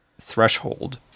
threshold